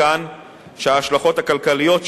מכאן שההשלכות הכלכליות שלו,